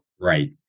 Right